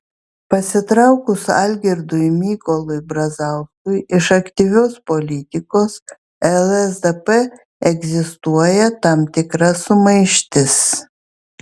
pasitraukus algirdui mykolui brazauskui iš aktyvios politikos lsdp egzistuoja tam tikra sumaištis